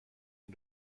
این